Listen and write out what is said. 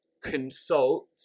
consult